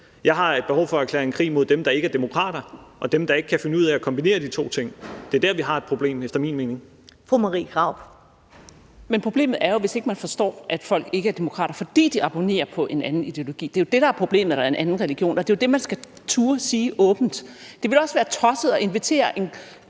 Jeg har behov for at erklære krig mod dem, der ikke er demokrater, og dem, der ikke kan finde ud af at kombinere de to ting. Det er der, vi har et problem – efter min mening. Kl. 10:55 Første næstformand (Karen Ellemann): Fru Marie Krarup. Kl. 10:55 Marie Krarup (DF): Men problemet er jo, hvis ikke man forstår, at folk ikke er demokrater, fordi de abonnerer på en anden ideologi. Det er jo det, der er problemet, altså at der er en anden religion, og det er jo det, man skal turde sige åbent. Det ville også være tosset at invitere en